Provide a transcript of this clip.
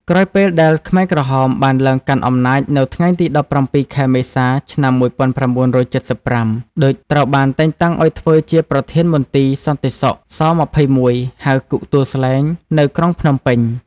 ក្រោយពេលដែលខ្មែរក្រហមបានឡើងកាន់អំណាច នៅថ្ងៃទី១៧ ខែមេសា ឆ្នាំ១៩៧៥ ឌុច ត្រូវបានតែងតាំងឱ្យធ្វើជាប្រធានមន្ទីរសន្តិសុខ ស-២១ ហៅ គុកទួលស្លែង នៅក្រុងភ្នំពេញ។